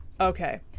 Okay